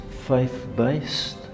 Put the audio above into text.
faith-based